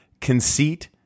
Conceit